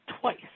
twice